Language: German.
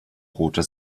roter